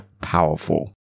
powerful –